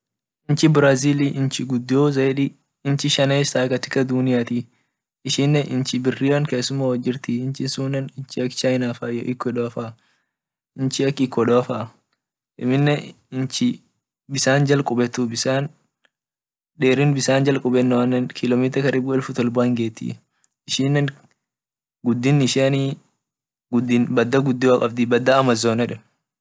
Inchi brazil gudioa inchi shanesati katika dunia ishine inchi birran kesuma wot jirt inchi sunen inchi ak china faa ecaudor faa amine inchi bisan jal kubetu derin bisan jal qubeno karibu kilometer karibu elfu tolba kabdii hingeti ishinen gudin ishian gudin badaa amazon yeden.